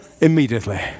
immediately